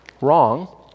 wrong